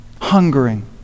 hungering